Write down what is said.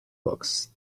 books